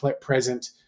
present